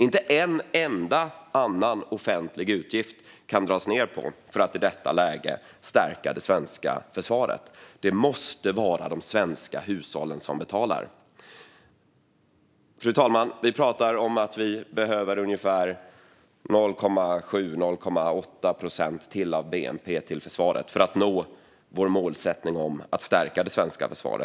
Inte en enda annan offentlig utgift kan man dra ned på för att i detta läge stärka det svenska försvaret. Det måste vara de svenska hushållen som betalar. Fru talman! Vi pratar om att vi behöver ungefär 0,7 eller 0,8 procent till av bnp till försvaret för att nå vår målsättning om att stärka det svenska försvaret.